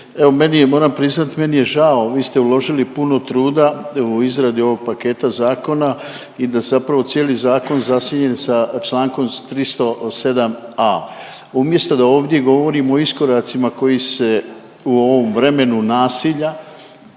moram priznati, meni je žao, vi ste uložili puno truda u izradi ovog paketa zakona i da zapravo cijeli zakon je zasjenjen sa čl. 307.a. Umjesto da ovdje govorimo o iskoracima koji se u ovom vremenu nasilja